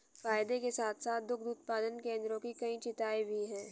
फायदे के साथ साथ दुग्ध उत्पादन केंद्रों की कई चिंताएं भी हैं